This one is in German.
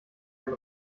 ein